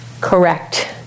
correct